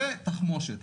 ותחמושת.